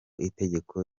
itegeko